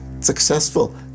successful